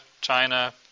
China